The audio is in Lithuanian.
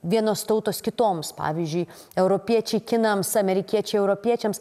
vienos tautos kitoms pavyzdžiui europiečiai kinams amerikiečiai europiečiams